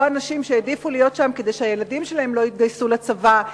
או אנשים שהעדיפו להיות שם כדי שהילדים שלהם לא יתגייסו לצבא,